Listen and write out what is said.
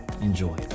enjoy